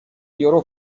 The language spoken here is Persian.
یورو